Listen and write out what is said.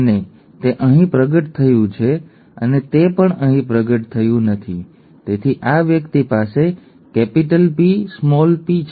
અને તે અહીં પ્રગટ થયું છે અને તે પણ અહીં પ્રગટ થયું નથી તેથી આ વ્યક્તિ પાસે કેપિટલ P નાનો p ઠીક છે